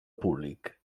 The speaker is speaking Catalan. públic